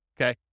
okay